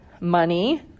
money